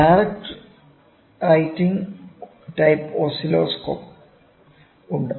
direct writing type ഓസിലോഗ്രാഫുകൾ ഉണ്ട്